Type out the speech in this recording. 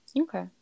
Okay